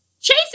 Chase